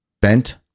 bent